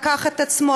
לקח את עצמו,